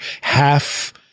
half